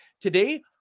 today